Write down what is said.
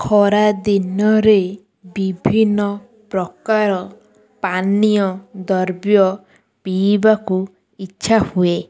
ଖରାଦିନରେ ବିଭିନ୍ନ ପ୍ରକାର ପାନୀୟ ଦ୍ରବ୍ୟ ପିଇବାକୁ ଇଚ୍ଛା ହୁଏ